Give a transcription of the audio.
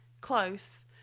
close